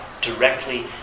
directly